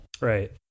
Right